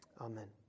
Amen